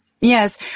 Yes